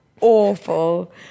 awful